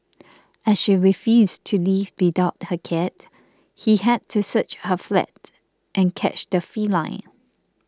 as she refused to leave without her cat he had to search her flat and catch the feline